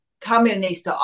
communist